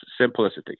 simplicity